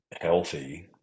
healthy